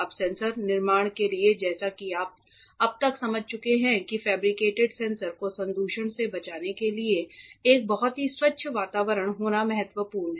अब सेंसर निर्माण के लिए जैसा कि आप अब तक समझ चुके होंगे कि फैब्रिकेटेड सेंसर को संदूषण से बचने के लिए एक बहुत ही स्वच्छ वातावरण होना बहुत महत्वपूर्ण है